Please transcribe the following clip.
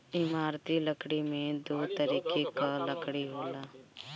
इमारती लकड़ी में दो तरीके कअ लकड़ी होला